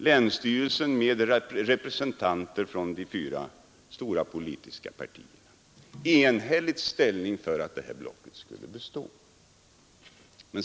Länsstyrelsen, med representanter för de fyra stora politiska partierna, tog sedan enhälligt ställning för att blocket borde bestå.